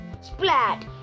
Splat